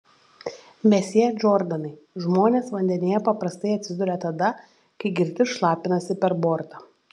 mesjė džordanai žmonės vandenyje paprastai atsiduria tada kai girti šlapinasi per bortą